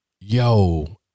Yo